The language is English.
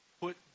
put